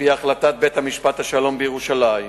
על-פי החלטת בית-משפט השלום בירושלים